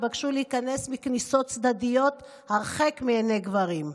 יתבקשו להיכנס בכניסות צדדיות הרחק מעיני גברים.